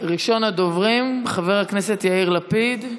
ראשון הדוברים, חבר הכנסת יאיר לפיד.